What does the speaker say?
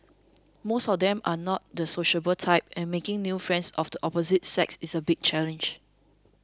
most of them are not the sociable type and making new friends of the opposite sex is a big challenge